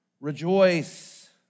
Rejoice